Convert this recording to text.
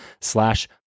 slash